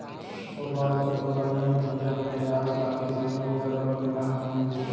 ओ बात ह तो बने हे भइया फेर आज काल किसानी बूता बर बनिहार कहॉं मिलथे?